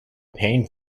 pain